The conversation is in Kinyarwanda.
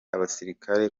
abasilikare